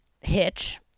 hitch